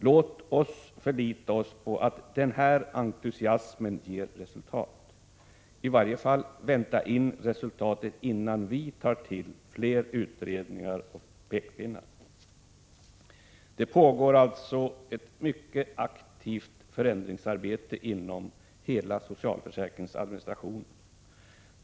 Låt oss förlita oss på att den här entusiasmen ger resultat, och i varje fall vänta in resultat, innan vi tar till fler utredningar och pekpinnar. Det pågår alltså ett mycket aktivt förändringsarbete inom hela socialförsäkringsadministrationen.